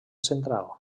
central